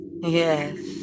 Yes